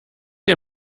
ihr